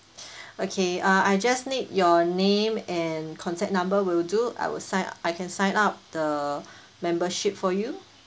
okay uh I just need your name and contact number will do I will sign I can sign up the membership for you